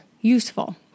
useful